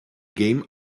game